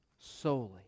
Solely